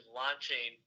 launching